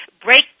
Break